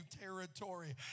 territory